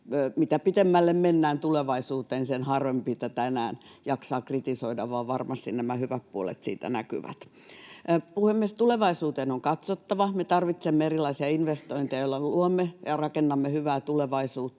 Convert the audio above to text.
mitä pitemmälle mennään tulevaisuuteen, sitä harvempi tätä enää jaksaa kritisoida, vaan varmasti nämä hyvät puolet siitä näkyvät. Puhemies! Tulevaisuuteen on katsottava. Me tarvitsemme erilaisia investointeja, joilla luomme ja rakennamme hyvää tulevaisuutta,